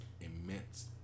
immense